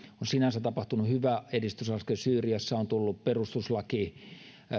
sinänsä tapahtunut hyvä edistysaskel syyriaan on tullut perustuslakityöryhmä